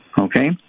Okay